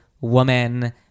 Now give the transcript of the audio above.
woman